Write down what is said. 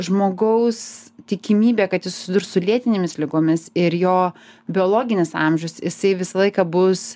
žmogaus tikimybė kad jis susidurs su lėtinėmis ligomis ir jo biologinis amžius jisai visą laiką bus